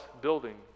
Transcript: building